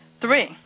three